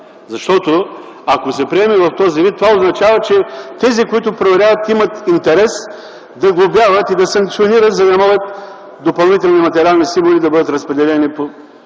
защото ако се приеме в този вид, това означава, че тези, които проверяват, имат интерес да глобяват и да санкционират, за да могат допълнителни материални стимули да бъдат разпределени